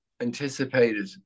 anticipated